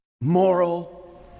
moral